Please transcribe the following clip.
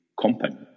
company